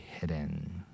hidden